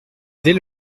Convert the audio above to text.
dès